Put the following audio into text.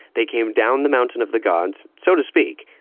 they came down the mountain of the gods, so to speak,